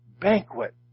banquet